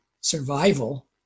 survival